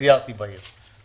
סיירתי בעיר.